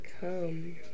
come